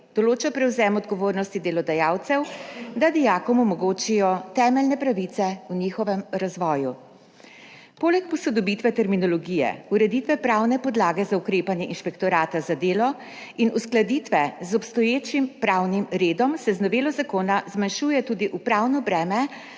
Določa prevzem odgovornosti delodajalcev, da dijakom omogočijo temeljne pravice v njihovem razvoju. Poleg posodobitve terminologije, ureditve pravne podlage za ukrepanje Inšpektorata za delo in uskladitve z obstoječim pravnim redom se z novelo zakona zmanjšuje tudi upravno breme